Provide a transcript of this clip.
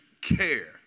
care